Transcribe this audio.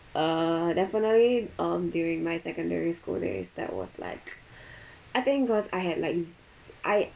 err definitely um during my secondary school days that was like I think cause I had like s~ I